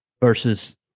versus